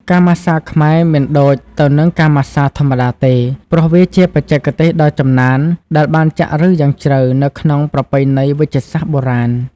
ការម៉ាស្សាខ្មែរមិនដូចទៅនឹងការម៉ាស្សាធម្មតាទេ ព្រោះវាជាបច្ចេកទេសដ៏ចំណានដែលបានចាក់ឫសយ៉ាងជ្រៅនៅក្នុងប្រពៃណីវេជ្ជសាស្ត្របុរាណ។